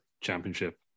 Championship